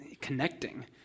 connecting